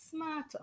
smarter